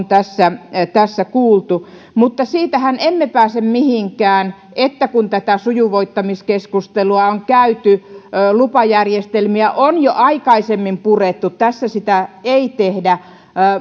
tässä tässä kuultu mutta siitähän emme pääse mihinkään että kun tätä sujuvoittamiskeskustelua on käyty lupajärjestelmiä on jo aikaisemmin purettu tässä sitä ei tehdä